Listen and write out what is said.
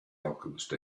alchemist